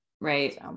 Right